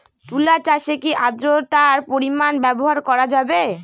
তুলা চাষে কি আদ্রর্তার পরিমাণ ব্যবহার করা যাবে?